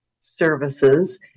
services